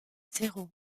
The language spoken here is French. zéro